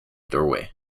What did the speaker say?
doorway